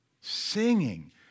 Singing